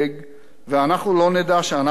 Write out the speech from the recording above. ואנחנו לא נדע שאנחנו כאלה.